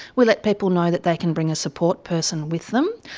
we let people know that they can bring a support person with them.